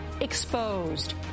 exposed